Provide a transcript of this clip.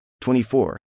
24